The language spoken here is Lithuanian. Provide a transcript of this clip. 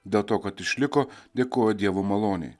dėl to kad išliko dėkojo dievo malonei